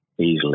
easily